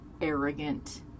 arrogant